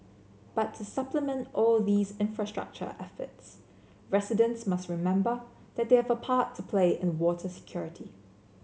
but to supplement all these infrastructure efforts residents must remember that they have a part to play in water security